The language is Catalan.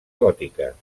gòtiques